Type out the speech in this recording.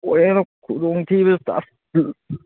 ꯑꯣꯏꯔꯦꯅꯦ ꯈꯨꯗꯣꯡ ꯊꯤꯗꯅ